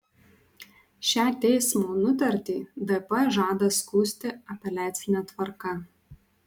šią teismo nutartį dp žada skųsti apeliacine tvarka